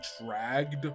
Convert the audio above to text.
dragged